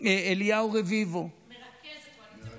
אליהו רביבו, מרכז הקואליציה.